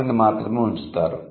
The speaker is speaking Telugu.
' అని మాత్రమే ఉంచుతారు